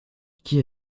qui